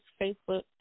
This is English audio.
Facebook